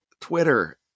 Twitter